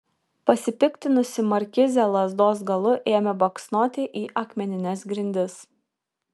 pasipiktinusi markizė lazdos galu ėmė baksnoti į akmenines grindis